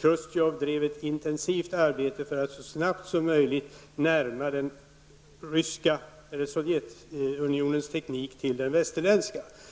Chrusjtjev drev ett intensivt arbete för att så snabbt som möjligt närma Sovjetunionens teknik till den västerländska tekniken.